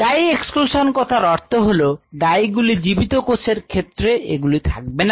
Dye exclusion কথার অর্থ হল ডাই গুলি জীবিত কোষ এর ক্ষেত্রে সেগুলি থাকবে না